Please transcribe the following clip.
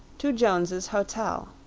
to jones's hotel.